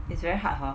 it's very hard hor